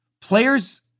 players